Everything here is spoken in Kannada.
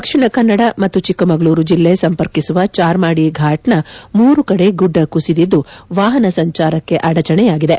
ದಕ್ಷಿಣ ಕನ್ನಡ ಮತ್ತು ಚಿಕ್ಕಮಗಳೂರು ಜಿಲ್ಲೆ ಸಂಪರ್ಕಿಸುವ ಚಾರ್ಮಾದಿ ಫಾಟ್ನ ಮೂರು ಕೆಡೆ ಗುಡ್ಗ ಕುಸಿದಿದ್ದು ವಾಹನ ಸಂಚಾರಕ್ಕೆ ಅಡಚಣೆಯಾಗಿದೆ